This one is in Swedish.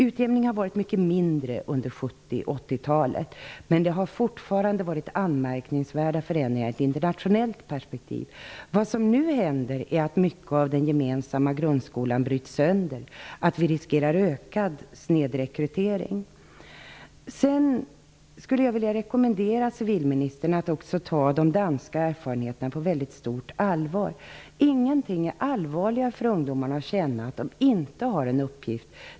Utjämningen har varit mycket mindre under 70 och 80-talet, men det har fortfarande varit anmärkningsvärda förändringar i ett internationellt perspektiv. Det som nu händer är att mycket av den gemensamma grundskolan bryts sönder och att vi riskerar ökad snedrekrytering. Jag skulle vilja rekommendera civilministern att ta de danska erfarenheterna på väldigt stort allvar. Ingenting är allvarligare för ungdomarna än att känna att de inte har en uppgift.